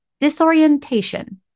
disorientation